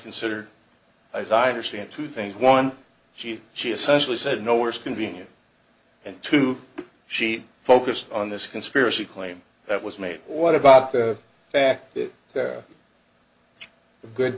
considered as i understand two things one she she essentially said no worse convenient and two she focused on this conspiracy claim that was made what about the fact